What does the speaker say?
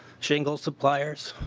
shingle suppliers